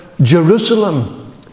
Jerusalem